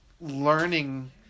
learning